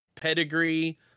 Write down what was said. pedigree